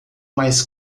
mais